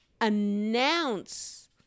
announce